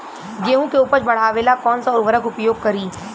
गेहूँ के उपज बढ़ावेला कौन सा उर्वरक उपयोग करीं?